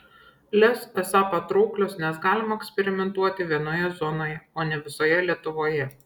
lez esą patrauklios nes galima eksperimentuoti vienoje zonoje o ne visoje lietuvoje